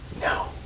No